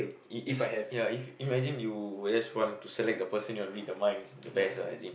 it is ya if if imagine you would just want to select the person you want to read the mind it's the best ah as in